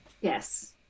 Yes